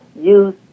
use